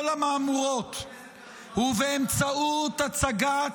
המהמורות -- רבין טעה --- רבין טעה ----- ובאמצעות הצגת